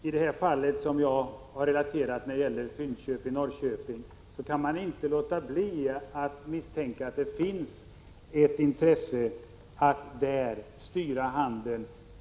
I det fall som jag har relaterat och som gäller Fyndköp i Norrköping kan man inte låta bli att misstänka att det finns ett intresse för att där styra handeln.